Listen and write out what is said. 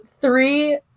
three